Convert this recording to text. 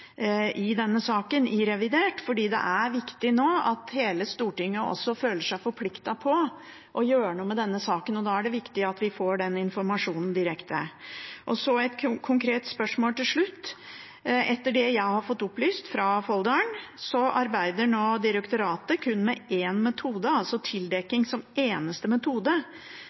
i det faktiske arbeidet i saken. Det er viktig nå at hele Stortinget også føler seg forpliktet på å gjøre noe med den, og da er det viktig at vi får den informasjonen direkte. Så har jeg et konkret spørsmål til slutt. Etter det jeg har fått opplyst fra Folldal, arbeider direktoratet nå kun med én metode, altså tildekking som eneste metode,